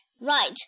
Right